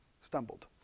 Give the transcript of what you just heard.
stumbled